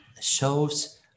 shows